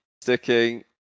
sticking